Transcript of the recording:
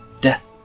death